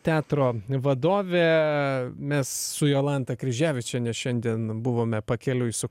teatro vadovė mes su jolanta kryževičiene šiandien buvome pakeliui su